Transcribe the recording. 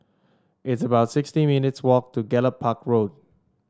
it's about sixty minutes' walk to Gallop Park Road